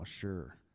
Sure